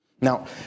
Now